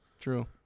True